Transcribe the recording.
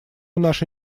наши